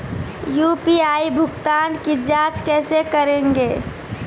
UPI भुगतान की जाँच कैसे करेंगे?